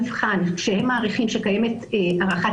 משרד המשפטים היא שאם יתברר שחמישית גם אפקטיבי,